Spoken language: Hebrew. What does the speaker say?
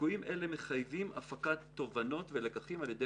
ליקויים אלה מחייבים הפקת תובנות ולקחים על ידי